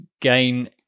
gain